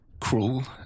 cruel